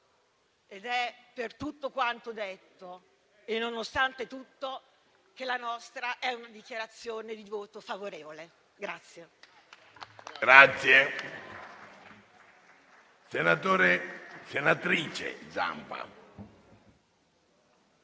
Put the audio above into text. Ed è per tutto quanto detto e nonostante tutto che la nostra è una dichiarazione di voto favorevole.